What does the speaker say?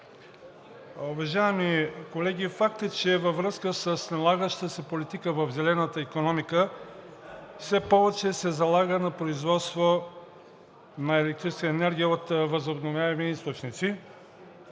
Уважаеми колеги, факт е, че във връзка с налагащата се политика в зелената икономика все повече се залага на производството на електрическа енергия от възобновяеми източници